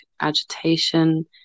agitation